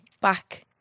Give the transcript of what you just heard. back